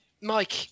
Mike